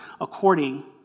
according